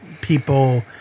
people